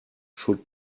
should